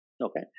Okay